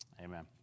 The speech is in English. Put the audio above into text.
Amen